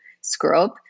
scrub